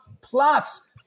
Plus